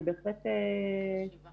אני בהחלט מסכימה,